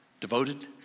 Devoted